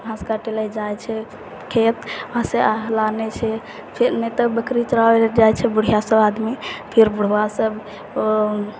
घास काटै लऽ जाइ छै खेत घास आनै छै फिर नहि तऽ बकरी चराबै लऽ जाइ छै बुढिआ सब आदमी फेर बुढबा सब